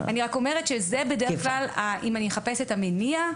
אני רק אומרת שאם אני אחפש את המניע,